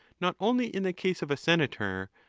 not only in the case of a senator,